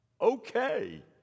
Okay